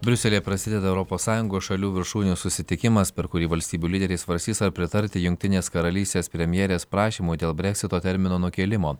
briuselyje prasideda europos sąjungos šalių viršūnių susitikimas per kurį valstybių lyderiai svarstys ar pritarti jungtinės karalystės premjerės prašymui dėl breksito termino nukėlimo